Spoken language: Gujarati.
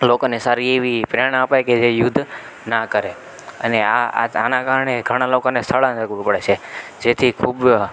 લોકોને સારી એવી પ્રેરણા આપાય કે એ યુદ્ધ ના કરે અને આ આના કારણે ઘણા લોકોને સ્થળાંતર કરવું પડે છે જેથી ખૂબ